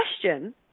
question